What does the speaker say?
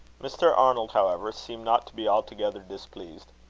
mr. arnold, however, seemed not to be altogether displeased.